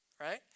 right